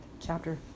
chapter